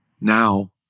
now